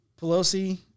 Pelosi